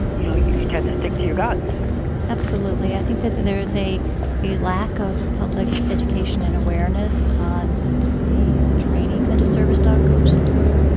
you know, you you tend to stick to your guns absolutely. i think that that there is a a lack of public education and awareness on the training that a service dog goes through.